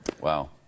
Wow